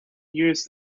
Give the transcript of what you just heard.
use